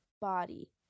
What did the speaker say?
body